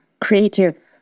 creative